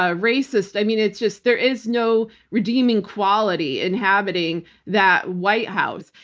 ah racists. i mean, it's just, there is no redeeming quality inhabiting that white house.